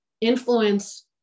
influence